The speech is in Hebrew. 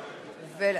רגע.